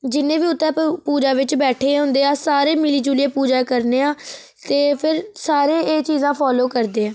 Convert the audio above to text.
जिन्ने बी उत्थै पूजा बिच बैठे दे हुंदे ऐ सारे मिली जुलियै पूजा करने आं ते फिर सारे एह् चीजां फॉलो करदे ऐ